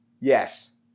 yes